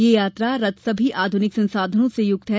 यह यात्रा रथ सभी आध्रनिक संसाधनों से युक्त है